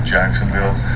Jacksonville